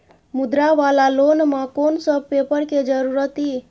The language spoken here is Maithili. मुद्रा वाला लोन म कोन सब पेपर के जरूरत इ?